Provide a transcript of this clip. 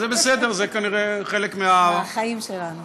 זה בסדר, זה כנראה חלק, מהחיים שלנו.